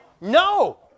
No